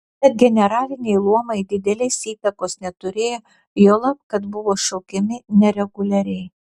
tad generaliniai luomai didelės įtakos neturėjo juolab kad buvo šaukiami nereguliariai